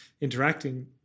interacting